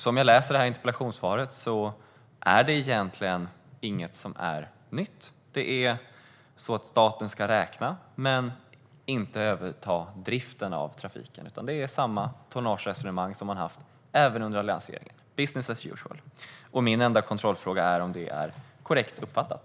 Som jag förstår interpellationssvaret är det egentligen inget som är nytt. Staten ska räkna men inte överta driften av trafiken. Det är samma tonnageresonemang som man har haft även under alliansregeringen, business as usual. Min enda kontrollfråga är om det är korrekt uppfattat.